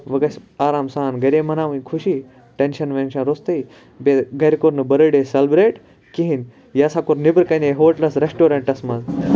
وۄنۍ گَژھِ آرام سان گَرے مَناوٕنۍ خوشی ٹیٚنشَن ویٚنشَن روٚستٕے بیٚیہِ گَرِ کوٚر نہٕ بٔرتھ ڈے سیٚلبریٹ کہیٖنۍ یہِ ہَسا کوٚر نٮ۪برٕ کَنے ہوٹلَس ریٚسٹورنٹَس مَنٛز